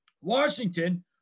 Washington